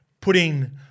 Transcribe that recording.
putting